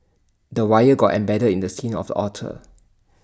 the wire got embedded in the skin of the otter